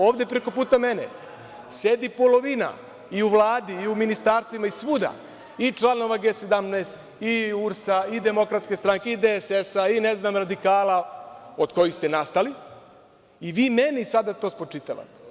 Ovde preko puta mene sedi polovina i u Vladi i u ministarstvima i svuda, i članova G17, i URS, i DS, i DSS, i radikala, od kojih ste nastali, i vi meni sada to spočitavate.